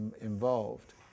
involved